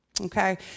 Okay